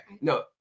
No